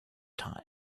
time